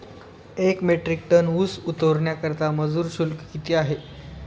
एक metric ton ऊस उतरवण्याकरता मजूर शुल्क किती आहे?